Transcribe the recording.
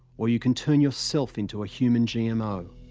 or you can turn yourself into a human gmo.